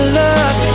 love